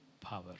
power